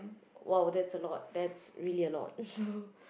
!wow! that's a lot that's really a lot so